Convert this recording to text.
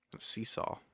Seesaw